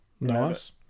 Nice